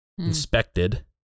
inspected